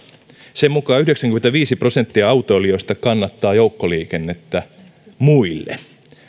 sen mukaan yhdeksänkymmentäviisi prosenttia autoilijoista kannattaa joukkoliikennettä muille